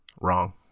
Wrong